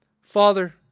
Father